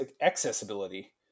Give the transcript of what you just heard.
Accessibility